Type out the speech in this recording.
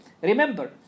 Remember